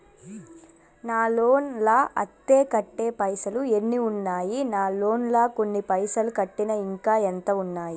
నా లోన్ లా అత్తే కట్టే పైసల్ ఎన్ని ఉన్నాయి నా లోన్ లా కొన్ని పైసల్ కట్టిన ఇంకా ఎంత ఉన్నాయి?